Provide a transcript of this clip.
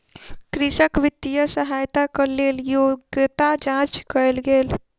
कृषक वित्तीय सहायताक लेल योग्यता जांच कयल गेल